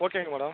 ஓகேங்க மேடம்